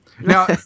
Now